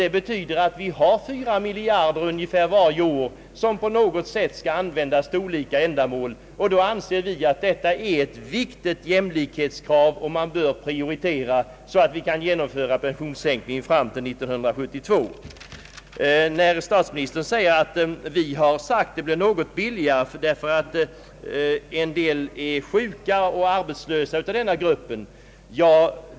Det betyder ait vi får ungefär fyra miljarder varje år att användas för olika ändamål. Vi anser att det är eti viktigt jämlikhetskrav som bör prioriteras så att sänkningen av pensionsåldern kan genomföras 1972. Statsministern påstår att vi har sagt att en sådan reform blir något billigare genom att en del människor i denna grupp är sjuka och arbetslösa.